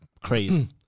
crazy